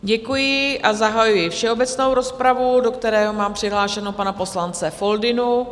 Děkuji a zahajuji všeobecnou rozpravu, do které mám přihlášeného pana poslance Foldynu.